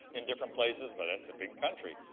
in different places but it's a big country.